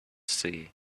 see